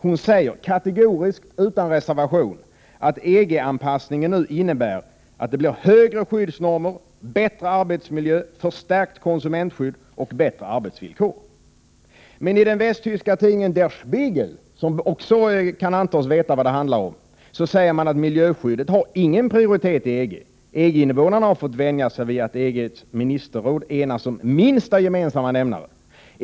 Hon säger kategoriskt och utan reservation att EG-anpassningen innebär att det blir högre skyddsnormer, bättre arbetsmiljö, förstärkt konsumentskydd och bättre arbetsvillkor. Men i den västtyska tidningen Der Spiegel, där man också kan antas veta vad det handlar om, sägs det: Miljöskyddet har ingen prioritet i EG. EG-invånarna har fått vänja sig vid att EG:s ministerråd enas om minsta gemensamma nämnare.